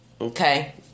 Okay